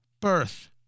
birth